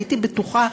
הייתי בטוחה,